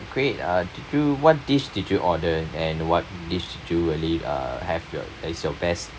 great uh did you what dish did you order and what dish did you really uh have your that is your best